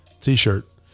T-shirt